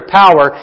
power